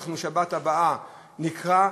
ואנחנו בשבת הבאה נקרא,